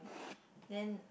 then